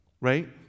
right